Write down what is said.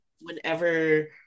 Whenever